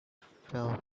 fell